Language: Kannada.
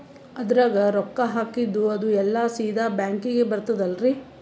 ಅದ್ರಗ ರೊಕ್ಕ ಹಾಕಿದ್ದು ಅದು ಎಲ್ಲಾ ಸೀದಾ ಬ್ಯಾಂಕಿಗಿ ಬರ್ತದಲ್ರಿ?